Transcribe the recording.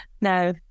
no